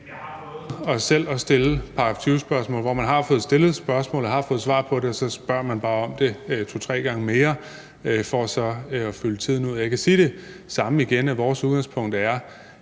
Jeg har selv prøvet at stille § 20-spørgsmål, hvor man har fået stillet spørgsmålet og har fået svar på det, og så spørger man bare om det samme to-tre mere for at fylde tiden ud. Jeg kan sige det samme igen, nemlig at vores udgangspunkt er,